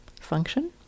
function